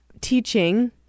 teaching